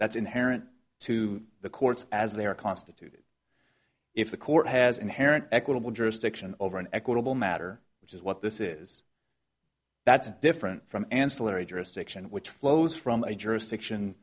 that's inherent to the courts as they are constituted if the court has inherent equitable jurisdiction over an equitable matter which is what this is that's different from ancillary jurisdiction which flows from a jurisdiction